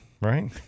right